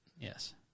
yes